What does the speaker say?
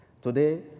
Today